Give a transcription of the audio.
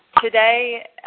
Today